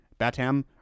Batam